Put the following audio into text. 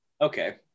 Okay